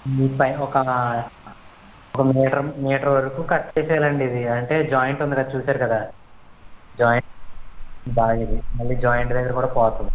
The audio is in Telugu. దీనిపైన ఒక ఒక మీటర్ మీటర్ వరకు కట్ చేసేయాలండి ఇది అంటే జాయింట్ ఉంది కదా చూసారు కదా జాయింట్ బాగాలేదు మళ్ళీ జాయింట్ దగ్గర కూడా పోతుంది